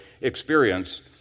experience